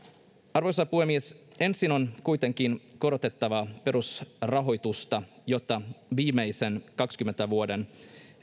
arvoisa puhemies ensin on kuitenkin korotettava perusrahoitusta jotta viimeisen kahdenkymmenen vuoden